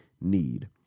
need